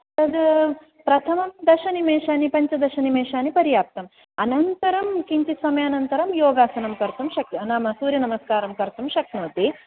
तद् प्रथमं दशनिमेषानि पञ्चदशनिमेषानि पर्याप्तम् अनन्तरं किञ्चित् समयानन्तरं योगासनं कर्तुं शक् नाम सूर्यनमस्कारं कर्तुं शक्नोति